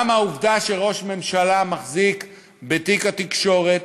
גם העובדה שראש הממשלה מחזיק בתיק התקשורת,